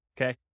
okay